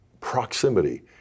proximity